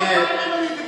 המשטרה מחלקת